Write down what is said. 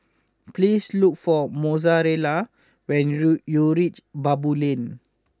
please look for Mozella when rood you reach Baboo Lane